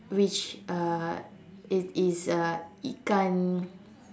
which uh it is uh ikan